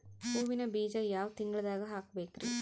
ಹೂವಿನ ಬೀಜ ಯಾವ ತಿಂಗಳ್ದಾಗ್ ಹಾಕ್ಬೇಕರಿ?